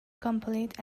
complete